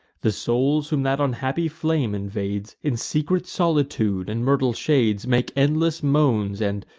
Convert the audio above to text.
the souls whom that unhappy flame invades, in secret solitude and myrtle shades make endless moans, and,